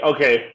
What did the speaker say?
Okay